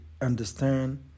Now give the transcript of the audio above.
understand